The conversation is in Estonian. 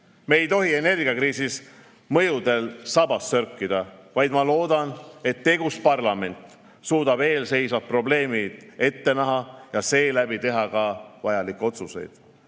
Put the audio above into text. ei tohi energiakriisi mõjudel sabas sörkida, vaid ma loodan, et tegus parlament suudab eesseisvaid probleeme ette näha ja seeläbi teha ka vajalikke otsuseid.